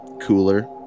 cooler